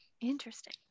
interesting